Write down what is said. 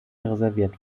reserviert